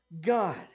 God